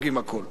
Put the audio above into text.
מילא,